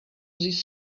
these